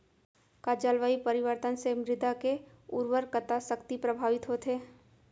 का जलवायु परिवर्तन से मृदा के उर्वरकता शक्ति प्रभावित होथे?